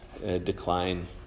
decline